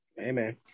amen